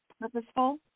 purposeful